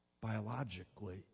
Biologically